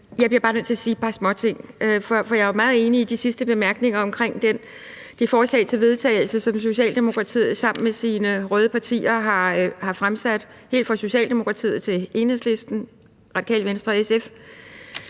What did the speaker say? jeg bliver nødt til at sige et par småting, for jeg er jo meget enig i de sidste bemærkninger omkring de forslag til vedtagelse, som Socialdemokratiet har fremsat sammen med sine røde partier – helt fra Socialdemokratiet til Enhedslisten, Radikale Venstre og SF